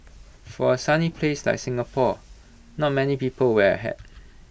for A sunny place like Singapore not many people wear A hat